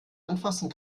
anfassen